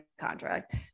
contract